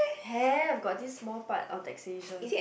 have got this small part on taxation